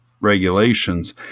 regulations